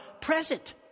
present